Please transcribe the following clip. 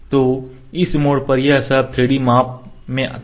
तो इस मोड़ पर यह सब 3D माप में था